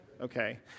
okay